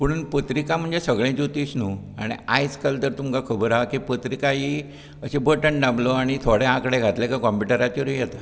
पुणून पत्रीका म्हणजे सगळे ज्योतीश नू आनी आयज काल तर तुमकां खबर आहा की पत्रीका ही अशें बटन दाबलो आनी थोडे आकडें घातले कंम्प्यूटराचेरूय येता